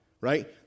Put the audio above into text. Right